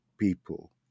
people